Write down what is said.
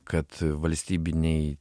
kad valstybiniai